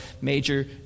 major